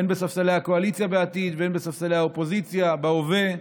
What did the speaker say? הן בספסלי הקואליציה בעתיד והן בספסלי האופוזיציה בהווה,